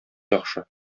яхшы